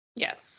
Yes